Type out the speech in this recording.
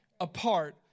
apart